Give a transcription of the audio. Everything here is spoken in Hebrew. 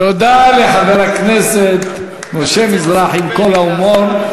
תודה לחבר הכנסת משה מזרחי, עם כל ההומור.